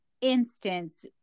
instance